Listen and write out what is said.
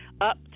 up